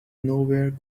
nowhere